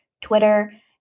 Twitter